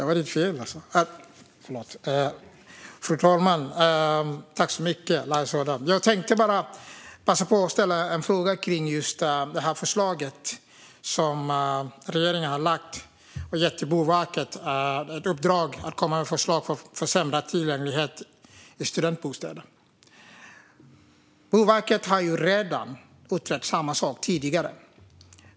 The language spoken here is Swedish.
Fru talman! Jag tänkte bara passa på att ställa en fråga kring just det förslag som regeringen har lagt fram och det uppdrag som man har gett till Boverket: att de ska komma med förslag på försämrad tillgänglighet i studentbostäder. Boverket har redan tidigare utrett detta.